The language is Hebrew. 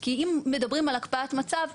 כי אם מדברים על הקפאת מצב,